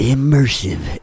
Immersive